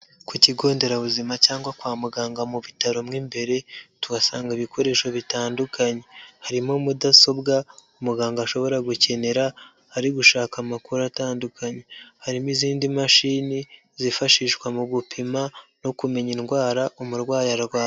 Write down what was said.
Ku kigo nderabuzima cyangwa kwa muganga mu bitaro mo imbere, tuhasanga ibikoresho bitandukanye. Harimo mudasobwa muganga ashobora gukenera ari gushaka amakuru atandukanye, harimo izindi mashini zifashishwa mu gupima no kumenya indwara umurwayi arwa...